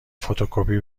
فتوکپی